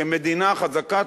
כמדינה חזקה,